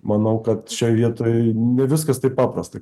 manau kad šioj vietoj ne viskas taip paprasta